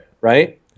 Right